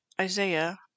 Isaiah